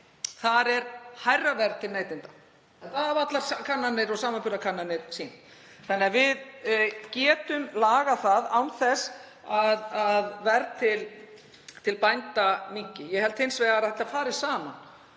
er hærra verð til neytenda, það hafa allar kannanir og samanburðarkannanir sýnt. Þannig að við getum lagað það án þess að verð til bænda lækki. Ég held hins vegar að þetta fari saman,